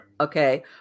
Okay